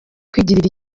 kwigirira